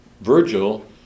Virgil